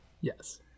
Yes